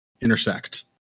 intersect